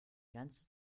ganze